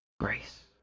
Grace